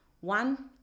One